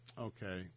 Okay